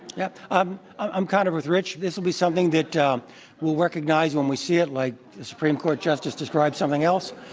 yeah um i'm kind of with rich. this will be something that um we'll recognize when we see it, like supreme court justice described something else.